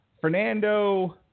Fernando